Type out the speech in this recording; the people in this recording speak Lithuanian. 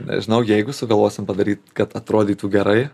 nežinau jeigu sugalvosim padaryt kad atrodytų gerai